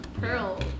Pearl